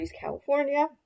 California